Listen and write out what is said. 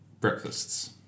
Breakfasts